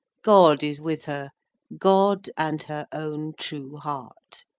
god is with her god, and her own true heart!